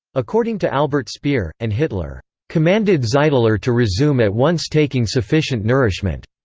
according to albert speer, and hitler commanded zeitler to resume at once taking sufficient nourishment.